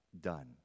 done